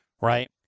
right